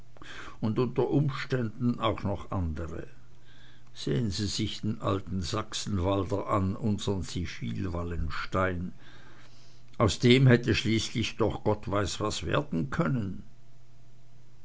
und unter umständen auch noch andre sehen sie sich den alten sachsenwalder an unsren zivil wallenstein aus dem hätte schließlich doch gott weiß was werden können